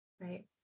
Right